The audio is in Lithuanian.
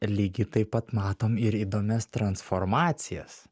lygiai taip pat matom ir įdomias transformacijas